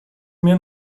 mir